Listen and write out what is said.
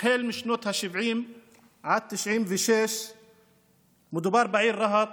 משנות השבעים עד 1996. מדובר בעיר רהט,